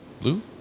Blue